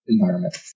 environment